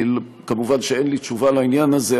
מובן שאין לי תשובה לעניין הזה.